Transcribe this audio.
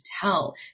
tell